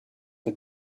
for